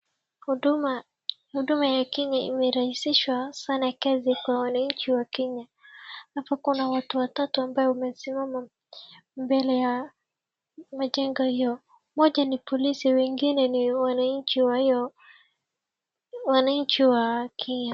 Huduma, huduma ya Kenya imerahisisha sana kazi kwa wananchi wa Kenya. Hapo kuna watu watatu ambaye wamesimama mbele ya majengo hio. Mmoja ni polisi wengine ni wananchi wa hio, wananchi wa Kenya.